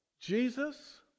Jesus